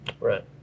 Right